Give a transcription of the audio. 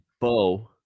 Bo